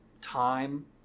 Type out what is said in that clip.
time